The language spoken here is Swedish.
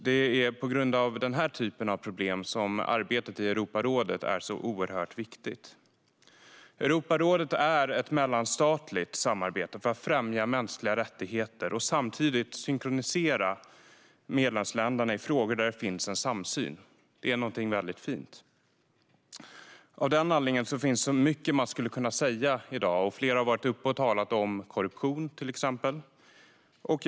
Det är på grund av den typen av problem som arbetet i Europarådet är så oerhört viktigt. Europarådet är ett mellanstatligt samarbete för att främja mänskliga rättigheter och samtidigt synkronisera medlemsländerna i frågor där det finns samsyn. Det är någonting väldigt fint. Av den anledningen finns det mycket man skulle kunna säga i dag. Flera har talat om till exempel korruption.